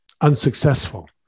unsuccessful